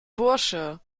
bursche